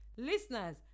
Listeners